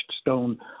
stone